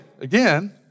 again